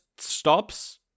stops